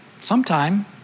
sometime